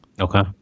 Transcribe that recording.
Okay